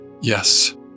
Yes